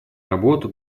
работа